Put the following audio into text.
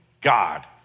God